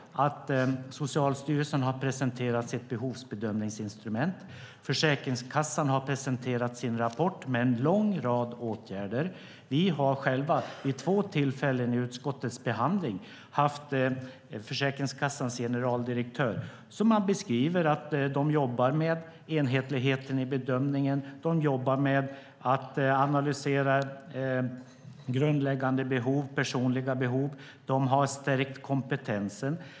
Socialstyrelsen har presenterat sitt behovsbedömningsinstrument. Försäkringskassan har presenterat sin rapport med en lång rad åtgärder. Vi har själva vid två tillfällen i utskottets behandling haft kontakt med Försäkringskassans generaldirektör. De beskriver att de jobbar med enhetligheten i bedömningen och att analysera grundläggande personliga behov. De har stärkt kompetensen.